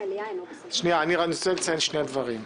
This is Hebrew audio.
אני רוצה לציין שני דברים.